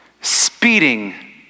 speeding